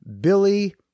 Billy